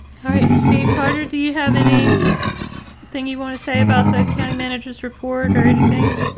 right. see, carter, do you have any thing you want to say about the county manager's report or anything?